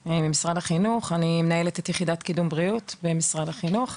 אני מנהלת את היחידה לקידום בריאות במשרד החינוך.